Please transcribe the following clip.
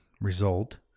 result